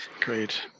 Great